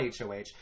HOH